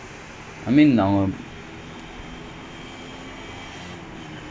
and they didn't buy anyone in in uh the